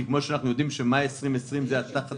כי כפי שאנחנו יודעים מאי 2020 היה תחת